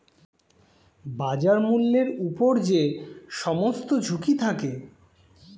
বাজার মূল্যের উপর যে সমস্ত ঝুঁকি থাকে